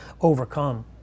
overcome